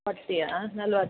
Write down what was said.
ಫಾರ್ಟಿಯಾ ನಲವತ್ತು